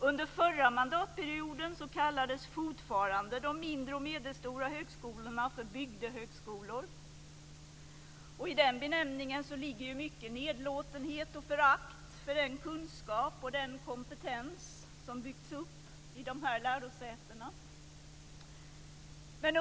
Under förra mandatperioden kallades fortfarande de mindre och medelstora högskolorna för bygdehögskolor. I den benämningen ligger mycket nedlåtenhet och förakt för den kunskap och den kompetens som byggts upp vid dessa lärosäten.